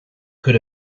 could